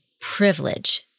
privilege